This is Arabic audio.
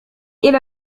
إلى